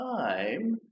time